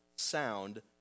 sound